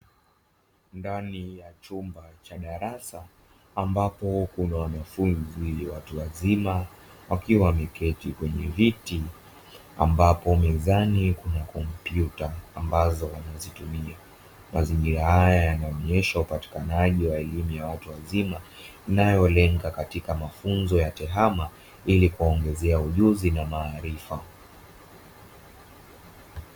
Ndani ya chumba cha darasa, ambapo kuna wanafunzi ni watu wazima wakiwa wameketi kwenye viti, ambapo mezani kuna kompyuta ambazo wanazitumia. Mazingira haya yanaonyesha upatikanaji wa elimu ya watu wazima inayolenga katika mafunzo ya TEHAMA ili kuwaongezea ujuzi na maarifa.